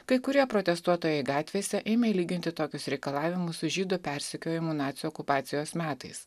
kai kurie protestuotojai gatvėse ėmė lyginti tokius reikalavimus su žydų persekiojimu nacių okupacijos metais